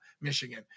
Michigan